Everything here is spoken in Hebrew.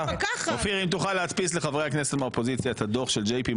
אם תוכל להדפיס לחברי הכנסת מהאופוזיציה את הדוח של ג'י.פי.